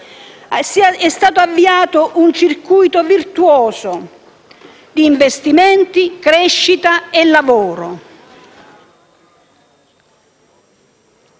È stato avviato un circuito virtuoso di investimenti, crescita e lavoro.